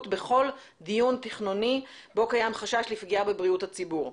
בכל דיון תכנוני בו קיים חשש לפגיעה בבריאות הציבור.